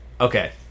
Okay